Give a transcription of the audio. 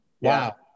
Wow